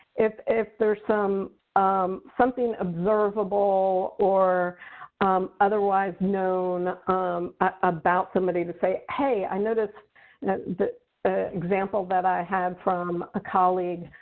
if if there's um something observable or otherwise known um ah about somebody to say, hey, i noticed that the example that i had from a colleague